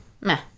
meh